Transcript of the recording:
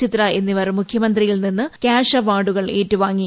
ചിത്ര എന്നിവർ മുഖ്യമന്ത്രിയിൽ നിന്ന് കൃാഷ് അവാർഡ് ഏറ്റുവാങ്ങി